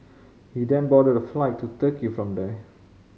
he then boarded a flight to Turkey from there